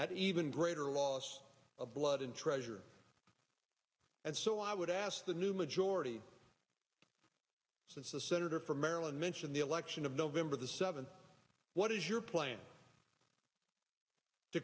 at even greater loss of blood and treasure and so i would ask the new majority since the senator from maryland mentioned the election of november the seventh what is your plan to